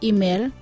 Email